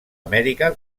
amèrica